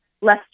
less